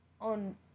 on